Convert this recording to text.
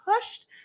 pushed